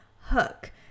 hook